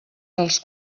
dels